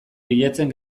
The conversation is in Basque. bilatzen